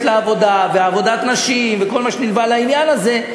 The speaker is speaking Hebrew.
לעבודה ועבודת נשים וכל מה שנלווה לעניין הזה,